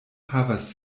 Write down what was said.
havas